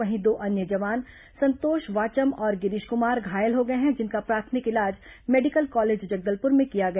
वहीं दो अन्य जवान संतोष वाचम और गिरीश कुमार घायल हो गए हैं जिनका प्राथमिक इलाज मेडिकल कॉलेज जगदलपुर में किया गया